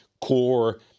core